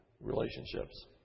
relationships